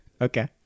Okay